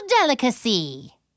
delicacy